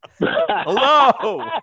Hello